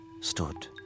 stood